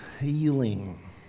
healing